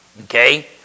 okay